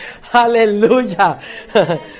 Hallelujah